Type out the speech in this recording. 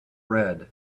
red